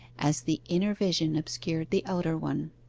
as the inner vision obscured the outer one.